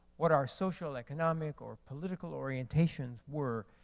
what our social economic or political orientations were,